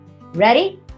Ready